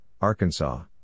Arkansas